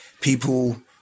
people